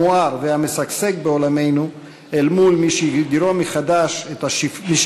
המואר והמשגשג בעולמנו אל מול מי שהגדירו מחדש